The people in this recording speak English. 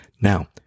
Now